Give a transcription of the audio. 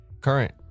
Current